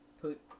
put